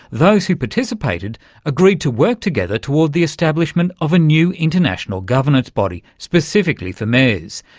those who participated agreed to work together toward the establishment of a new international governance body specifically for mayors.